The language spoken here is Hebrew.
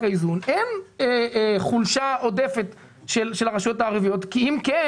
האיזון אין חולשה עודפת של הרשויות הערביות כי אם אן,